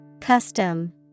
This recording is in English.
Custom